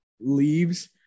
leaves